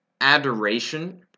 adoration